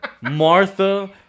Martha